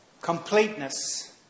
Completeness